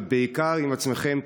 אבל בעיקר עם עצמכם.